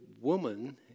woman